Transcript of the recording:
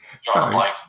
Sorry